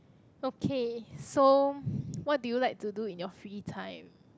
okay so what do you like to do in your free time